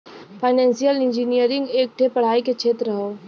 financial engineering एक ठे पढ़ाई के क्षेत्र हौ